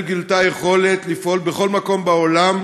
ישראל גילתה יכולת לפעול בכל מקום בעולם